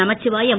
Namachivayam